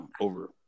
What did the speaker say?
over